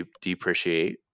depreciate